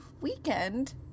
weekend